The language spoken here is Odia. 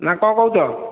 ନା କ'ଣ କହୁଛ